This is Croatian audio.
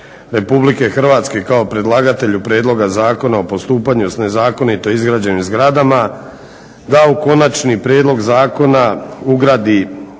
se Vladi RH kao predlagatelju Prijedloga Zakona o postupanju s nezakonito izgrađenim zgradama da u konačni prijedlog zakona ugradi